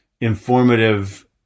informative